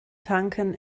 tanken